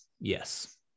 yes